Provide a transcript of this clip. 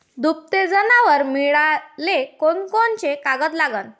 दुभते जनावरं मिळाले कोनकोनचे कागद लागन?